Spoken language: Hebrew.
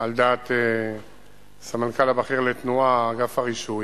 על דעת הסמנכ"ל הבכיר לתנועה, אגף הרישוי: